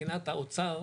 מבחינת האוצר,